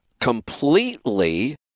completely